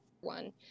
one